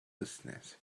business